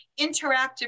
interactive